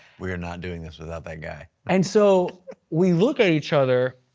we are not doing this without that guy. and so we look at each other,